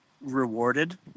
rewarded